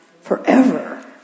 forever